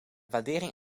waardering